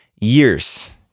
years